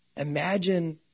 imagine